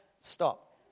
stop